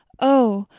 oh,